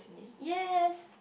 yes